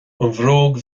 bhróg